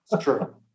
true